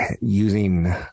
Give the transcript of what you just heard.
using